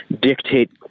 dictate